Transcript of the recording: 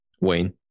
Wayne